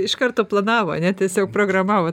iš karto planavo ane tiesiog programavo